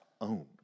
own